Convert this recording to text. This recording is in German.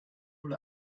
wohl